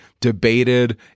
debated